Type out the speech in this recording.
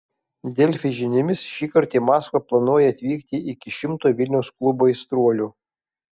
delfi žiniomis šįkart į maskvą planuoja atvykti iki šimto vilniaus klubo aistruolių